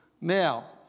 Now